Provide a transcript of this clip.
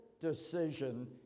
decision